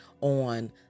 on